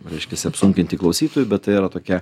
reiškiasi apsunkinti klausytojų bet tai yra tokia